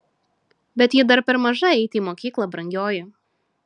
bet ji dar per maža eiti į mokyklą brangioji